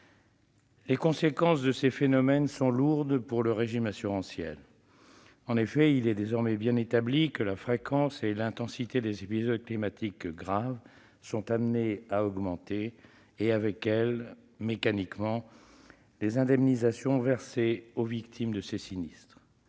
Les conséquences de ces phénomènes sont lourdes pour le régime assurantiel. En effet, il est désormais bien établi que la fréquence et l'intensité des épisodes climatiques graves sont amenées à augmenter, et avec elles, mécaniquement, les indemnisations versées aux victimes de ces sinistres.